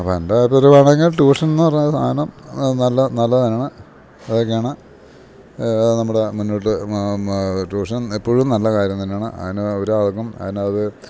അപ്പം എൻ്റെ അഭിപ്രായത്തിൽ പറയാണെങ്കിൽ ട്യൂഷൻന്ന് പറഞ്ഞ സാധനം നല്ല നല്ല സാധനം ആണ് അതൊക്കെയാണ് നമ്മുടെ മുന്നോട്ട് ട്യൂഷൻ എപ്പോഴും നല്ല കാര്യം തന്നാണ് അതിന് ഒരാൾക്കും അതിനത്